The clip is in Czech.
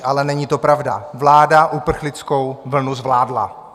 Ale není to pravda, vláda uprchlickou vlnu zvládla.